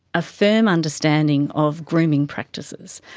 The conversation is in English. a firm understanding of grooming practices,